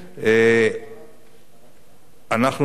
אנחנו נמשיך